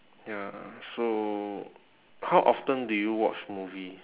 ya so how often do you watch movie